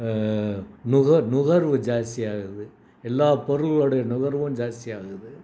நுக நுகர்வு ஜாஸ்தியாகுது எல்லா பொருளுடைய நுகர்வும் ஜாஸ்தியாகுது